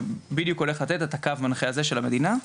שבדיוק הולך לתת את הקו המנחה הזה של המדינה.